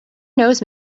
knows